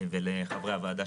ולחברי הוועדה,